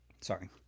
sorry